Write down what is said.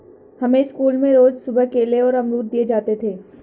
हमें स्कूल में रोज सुबह केले और अमरुद दिए जाते थे